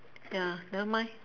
ya nevermind